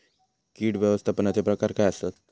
कीड व्यवस्थापनाचे प्रकार काय आसत?